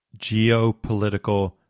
geopolitical